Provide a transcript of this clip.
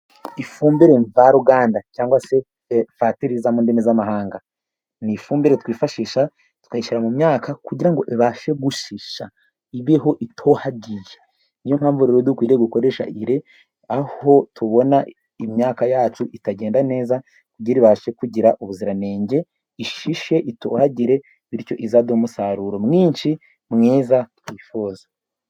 Ifumbire mvaruganda cyangwa se fatiriza mu ndimi z'amahanga. Ni ifumbire twifashisha tukayishyira mu myaka, kugira ngo ibashe gushisha ibeho itohagiye. Niyo mpamvu rero dukwiriye gukoresha ire, aho tubona imyaka yacu itagenda neza, kugira ibashe kugira ubuziranenge, ishishe, itohagire, bityo izaduhe umusaruro mwinshi, mwiza, twifuza.